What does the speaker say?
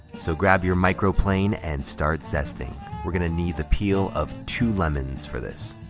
so grab your microplane and start zesting we're gonna need the peel of two lemons for this.